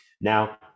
Now